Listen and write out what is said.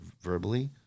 verbally